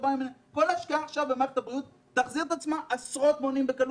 כל השקעה עכשיו במערכת הבריאות תחזיר את עצמה עשרות מונים בקלות.